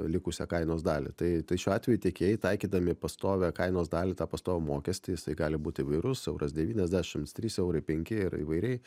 likusią kainos dalį tai tai šiuo atveju tiekėjai taikydami pastovią kainos dalį tą pastovų mokestį jisai gali būt įvairus euras devyniasdešimt trys eurai penki ir įvairiai